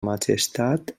majestat